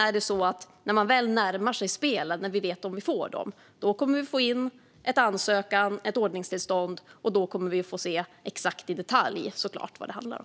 När spelen sedan närmar sig och vi vet om vi får dem kommer vi att få in en ansökan om ordningstillstånd, och då får vi se exakt vad det handlar om.